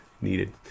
needed